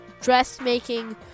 dressmaking